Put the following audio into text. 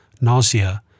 nausea